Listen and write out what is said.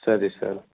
சரி சார்